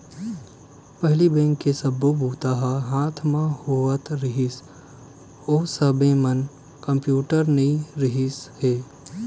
पहिली बेंक के सब्बो बूता ह हाथ म होवत रिहिस, ओ समे म कम्प्यूटर नइ रिहिस हे